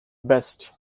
best